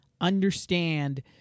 understand